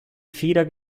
feder